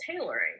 tailoring